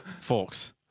forks